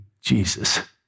Jesus